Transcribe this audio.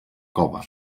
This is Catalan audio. cova